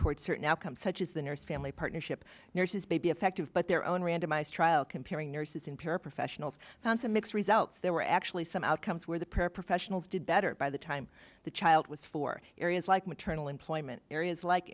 towards certain outcomes such as the nurse family partnership nurses baby affective but their own randomized trial comparing nurses in paraprofessionals fantomex results there were actually some outcomes where the paraprofessionals did better by the time the child was for areas like maternal employment areas like